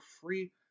free